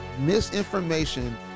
misinformation